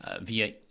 Via